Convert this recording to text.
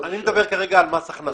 אני מדבר כרגע על מס הכנסה.